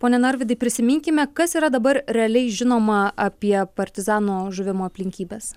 pone narvydai prisiminkime kas yra dabar realiai žinoma apie partizano žuvimo aplinkybes